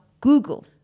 Google